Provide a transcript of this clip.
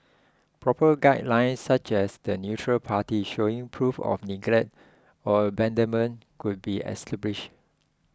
proper guidelines such as the neutral party showing proof of neglect or abandonment could be established